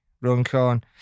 runcorn